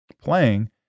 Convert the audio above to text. playing